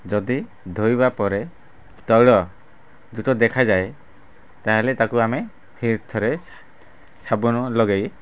ଯଦି ଧୋଇବା ପରେ ତୈଳ ଦେଖାଯାଏ ତାହେଲେ ତାକୁ ଆମେ ଫେରେ ଥରେ ସା ସାବୁନ ଲଗାଇ